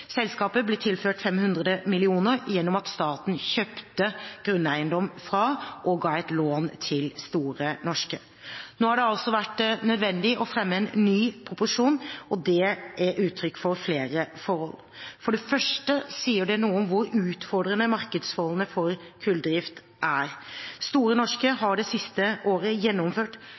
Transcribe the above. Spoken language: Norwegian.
Selskapet ble tilført 500 mill. kr gjennom at staten kjøpte grunneiendom fra og ga et lån til Store Norske. Når det nå har vært nødvendig å fremme en ny proposisjon, er det uttrykk for flere forhold. For det første sier det noe om hvor utfordrende markedsforholdene for kulldrift er. Store Norske har det siste året gjennomført